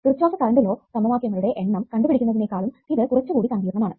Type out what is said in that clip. Kirchhoff current law സമവാക്യങ്ങളുടെ എണ്ണം കണ്ടുപിടിക്കുന്നതിനേക്കാളും ഇത് കുറച്ചു കൂടെ സങ്കീർണ്ണമാണ്